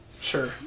Sure